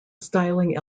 styling